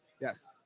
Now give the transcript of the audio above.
Yes